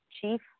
chief